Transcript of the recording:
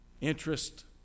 interest